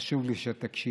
חשוב לי שתקשיב.